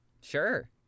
sure